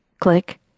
Click